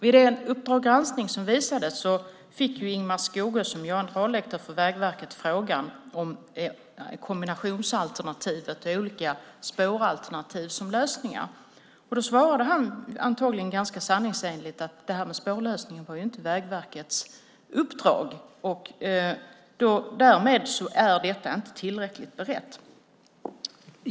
I Uppdrag granskning fick Ingemar Skogö, generaldirektör för Vägverket, frågan om kombinationsalternativet och olika andra spåralternativ kunde vara en lösning. Då svarade han, antagligen ganska sanningsenligt, att detta med spårlösning inte var Vägverkets uppdrag. Därmed är det inte tillräckligt berett.